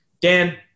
Dan